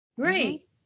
Great